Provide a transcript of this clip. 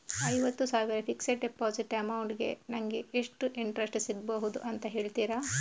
ಐವತ್ತು ಸಾವಿರ fixed deposit amount ಗೆ ನಂಗೆ ಎಷ್ಟು ಇಂಟ್ರೆಸ್ಟ್ ಸಿಗ್ಬಹುದು ಅಂತ ಹೇಳ್ತೀರಾ?